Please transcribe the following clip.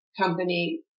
company